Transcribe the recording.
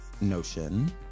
notion